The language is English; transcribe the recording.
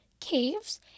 caves